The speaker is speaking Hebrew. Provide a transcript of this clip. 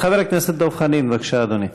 חבר הכנסת דב חנין, בבקשה, אדוני.